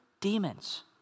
demons